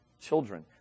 children